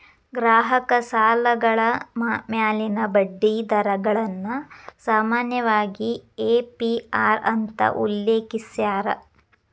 ಗ್ರಾಹಕ ಸಾಲಗಳ ಮ್ಯಾಲಿನ ಬಡ್ಡಿ ದರಗಳನ್ನ ಸಾಮಾನ್ಯವಾಗಿ ಎ.ಪಿ.ಅರ್ ಅಂತ ಉಲ್ಲೇಖಿಸ್ಯಾರ